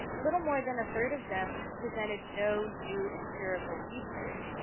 little more than a third of them presented no new empirical research.